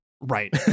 Right